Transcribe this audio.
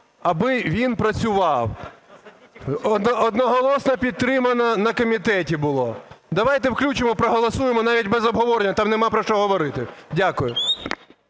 аби він працював. Одноголосно підтримано на комітеті було. Давайте включимо і проголосуємо, навіть без обговорення, там немає про що говорити. Дякую.